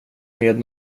med